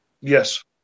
Yes